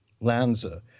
Lanza